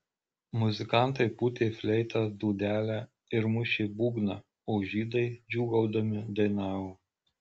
muzikantai pūtė fleitą dūdelę ir mušė būgną o žydai džiūgaudami dainavo